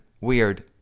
Weird